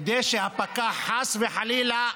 כדי שהפקח, חס וחלילה,